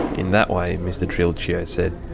in that way, mr triulcio said,